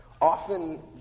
often